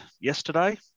yesterday